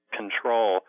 control